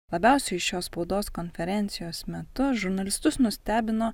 labiausiai iš jo spaudos konferencijos metu žurnalistus nustebino